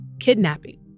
Kidnapping